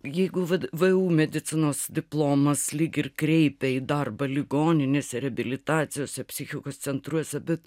jeigu vu medicinos diplomas lyg ir kreipia į darbą ligoninėse reabilitacijose psichikos centruose bet